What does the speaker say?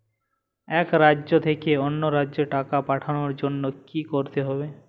এক রাজ্য থেকে অন্য রাজ্যে টাকা পাঠানোর জন্য কী করতে হবে?